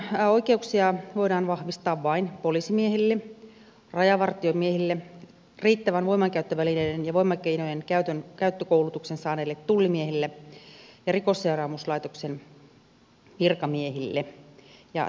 ehdotuksen mukaan oikeuksia voidaan vahvistaa vain poliisimiehille rajavartiomiehille riittävän voimankäyttövälineiden ja voimakeinojen käyttökoulutuksen saaneille tullimiehille ja rikosseuraamuslaitoksen virkamiehille